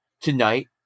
Tonight